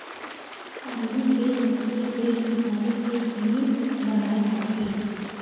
अमली के लकड़ी ले किसानी के जिनिस बनाए जाथे